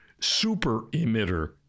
super-emitter